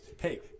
Hey